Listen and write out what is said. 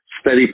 steady